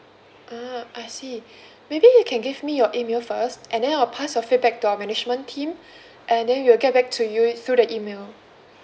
ah I see maybe you can give me your email first and then I'll pass your feedback to our management team and then we'll get back to you through the email